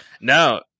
No